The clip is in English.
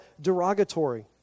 derogatory